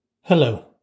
Hello